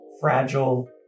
fragile